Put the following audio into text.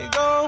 go